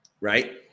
right